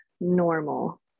normal